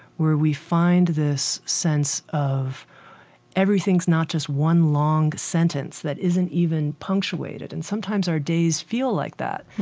where we find this sense of everything's not just one long sentence that isn't even punctuated and sometimes our days feel like that.